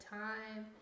time